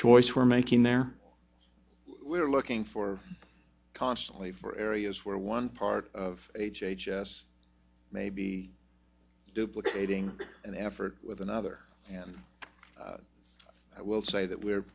choice we're making there we're looking for constantly for areas where one part of h h s may be duplicating an effort with another and i will say that we